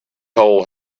hole